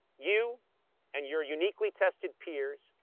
you and your uniquely tested peers,